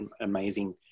amazing